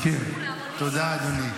תודה, אדוני.